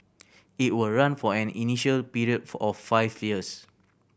it will run for an initial period for of five years